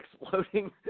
exploding